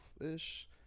ish